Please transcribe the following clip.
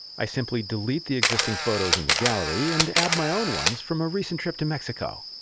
i simply delete the existing photos in the gallery and add my own ones from a recent trip to mexico.